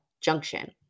junction